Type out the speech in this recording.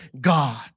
God